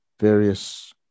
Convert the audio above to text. various